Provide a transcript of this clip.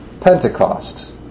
Pentecost